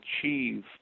achieve